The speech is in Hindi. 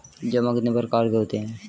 जमा कितने प्रकार के होते हैं?